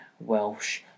Welsh